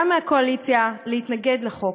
גם מהקואליציה, להתנגד לחוק.